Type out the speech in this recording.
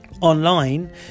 online